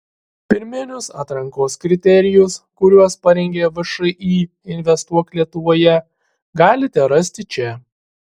pirminius atrankos kriterijus kuriuos parengė všį investuok lietuvoje galite rasti čia